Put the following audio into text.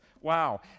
wow